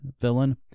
villain